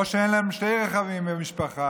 או שאין להם שני רכבים במשפחה,